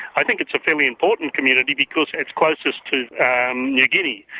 i think it's a fairly important community, because it's closest to um new guinea,